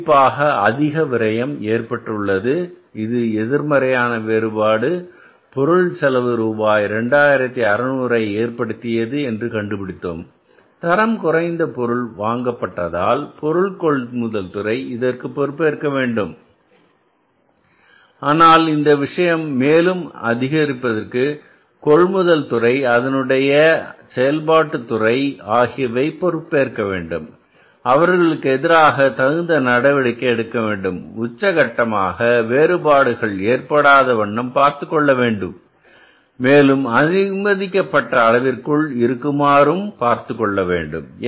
உன்னிப்பாக அதிக விரயம் ஏற்பட்டது இந்த எதிர்மறையான வேறுபாடு பொருள் செலவு ரூபாய் 2600 ஏற்படுத்தியது என்று கண்டுபிடித்தோம் தரம் குறைந்த பொருள் வாங்க பட்டதால் பொருள் கொள்முதல் துறை இதற்குப் பொறுப்பேற்க வேண்டும் ஆனால் இந்த விடயம் மேலும் அதிகரிப்பதற்கு கொள்முதல் துறை அதனுடைய செயல்பாட்டு துறை ஆகியவை பொறுப்பேற்க வேண்டும் அவர்களுக்கு எதிராக தகுந்த நடவடிக்கை எடுக்க வேண்டும் உச்சகட்டமாக வேறுபாடுகள் ஏற்படாத வண்ணம் பார்த்துக்கொண்டு மேலும் அது அனுமதிக்கப்பட்ட அளவிற்குள் இருக்குமாறு பார்த்துக்கொள்ள வேண்டும்